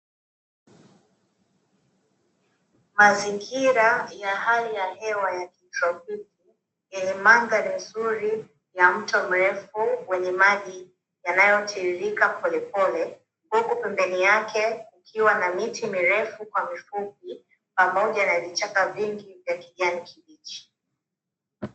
Mazingira ya hali ya hewa ya kitropoki yenye mandhari nzuri na mto mrefu wenye maji yanayotiririka polepole, huku pembeni yake kukiwa na miti mirefu kwa mifupi pamoja na vichaka vingi vya kijani kibichi.